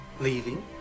Leaving